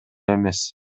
эмес